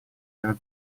nella